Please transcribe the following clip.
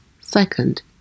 Second